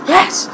Yes